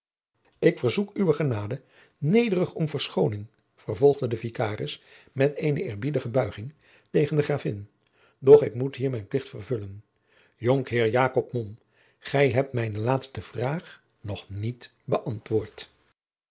ik verzoek uwe genade nederig om verschoning vervolgde de vikaris met eene eerbiedige buiging tegen de gravin doch ik moet hier mijn plicht vervullen jonkheer jacob mom gij hebt mijne laatste vraag nog niet bëantwoord